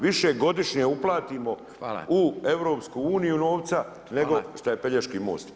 Više godišnje uplatimo u EU novca [[Upadica Radin: Hvala.]] nego šta je Pelješki most.